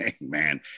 man